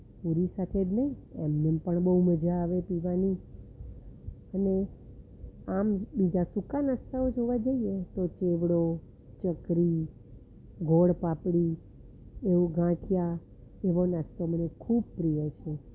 પૂરી સાથેજ નઇ એમનેમ પણ બહુ મજા આવે પીવાની અને આમ જ બીજા સૂકા નાસ્તાઓ જોવા જઈએ તો ચેવડો ચકરી ગોળ પાપડી એવું ગાંઠિયા એવા નાસ્તા મને ખૂબ પ્રિય છે